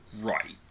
right